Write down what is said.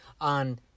on